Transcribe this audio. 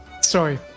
Sorry